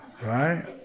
right